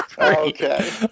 okay